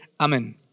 amen